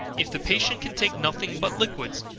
if the patient can take nothing but liquids,